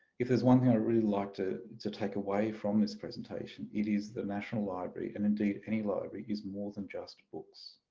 if there's one thing i'd really like to take away from this presentation it is the national library and indeed any library is more than just books.